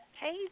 Hey